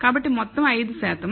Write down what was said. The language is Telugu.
కాబట్టి మొత్తం 5 శాతం